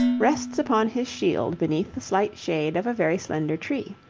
rests upon his shield beneath the slight shade of a very slender tree.